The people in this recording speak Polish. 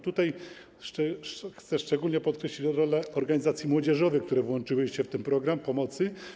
Tutaj chcę szczególnie podkreślić rolę organizacji młodzieżowych, które włączyły się w ten program pomocy.